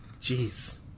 Jeez